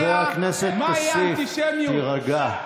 חבר הכנסת כסיף, תירגע.